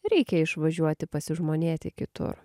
reikia išvažiuoti pasižmonėti kitur